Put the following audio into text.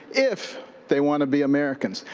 if they want to be americans.